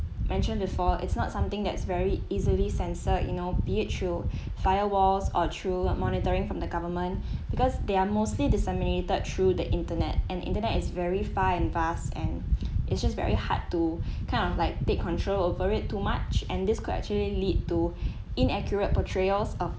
mentioned before it's not something that is very easily censor you know be it through firewalls or through monitoring from the government because they are mostly disseminated through the internet and internet is very far and vast and it's just very hard to kind of like take control over it too much and this could actually lead to inaccurate portrayals of